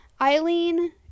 Eileen